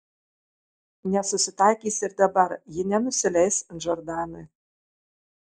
nesusitaikys ir dabar ji nenusileis džordanui